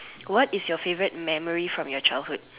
what is your favorite memory from your childhood